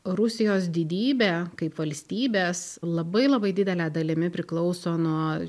rusijos didybė kaip valstybės labai labai didele dalimi priklauso nuo